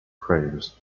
prayers